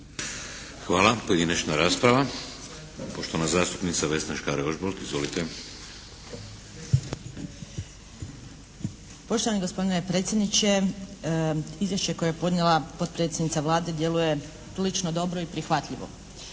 Hvala. Pojedinačna rasprava. Poštovana zastupnica Vesna Škare Ožbolt. Izvolite! **Škare Ožbolt, Vesna (DC)** Poštovani gospodine predsjedniče! Izvješće koje je podnijela potpredsjednica Vlade djeluje prilično dobro i prihvatljivo.